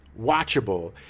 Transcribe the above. watchable